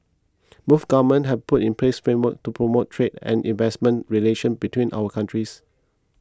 both governments have put in place frameworks to promote trade and investment relations between our countries